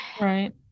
Right